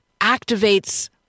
activates